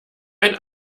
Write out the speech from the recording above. ein